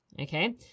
Okay